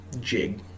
jig